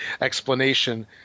explanation